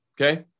okay